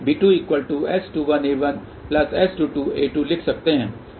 तो हम b1S11a1 S12a2 b2S21a1S22a2 लिख सकते हैं